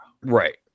Right